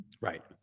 right